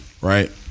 Right